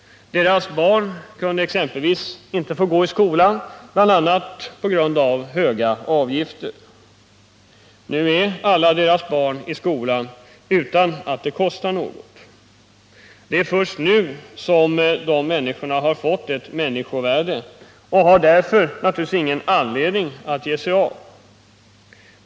Deras barn hade exempelvis inte möjlighet att gå i skolan, bl.a. på grund av höga avgifter. Nu är alla deras barn i skolan utan att det kostar något. Det är först nu som de människorna har fått ett människovärde, och de har därför naturligtvis ingen anledning att ge sig av.